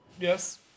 Yes